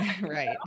Right